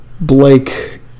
Blake